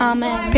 Amen